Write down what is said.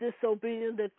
disobedience